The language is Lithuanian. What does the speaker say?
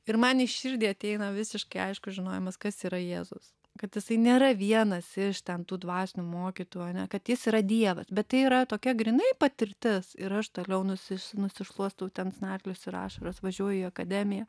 ir man į širdį ateina visiškai aiškus žinojimas kas yra jėzus kad jisai nėra vienas iš ten tų dvasinių mokytojų ane kad jis yra dievas bet tai yra tokia grynai patirtis ir aš toliau nusis nusišluostau ten snarglius ir ašaras važiuoju į akademiją